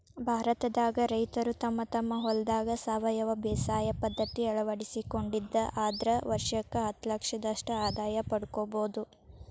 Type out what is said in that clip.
ಭಾರತದಾಗ ರೈತರು ತಮ್ಮ ತಮ್ಮ ಹೊಲದಾಗ ಸಾವಯವ ಬೇಸಾಯ ಪದ್ಧತಿ ಅಳವಡಿಸಿಕೊಂಡಿದ್ದ ಆದ್ರ ವರ್ಷಕ್ಕ ಹತ್ತಲಕ್ಷದಷ್ಟ ಆದಾಯ ಪಡ್ಕೋಬೋದು